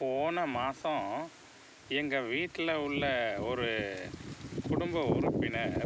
போன மாதம் எங்கள் வீட்டில் உள்ள ஒரு குடும்ப உறுப்பினர்